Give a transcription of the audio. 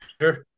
Sure